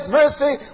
mercy